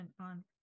on